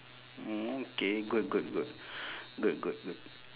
okay good good good good good good